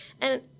And-